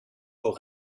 aux